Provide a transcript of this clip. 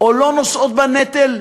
או לא נושאות בנטל,